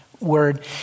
word